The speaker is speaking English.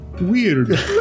weird